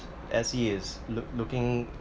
S_E is look looking